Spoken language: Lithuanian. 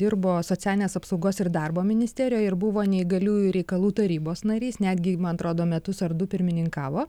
dirbo socialinės apsaugos ir darbo ministerijoj ir buvo neįgaliųjų reikalų tarybos narys netgi man atrodo metus ar du pirmininkavo